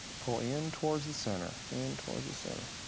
pull in towards the center, in towards the center.